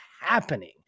happening